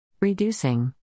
Reducing